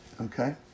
okay